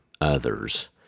others